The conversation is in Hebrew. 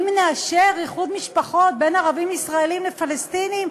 אם נאשר איחוד משפחות בין ערבים ישראלים לפלסטינים,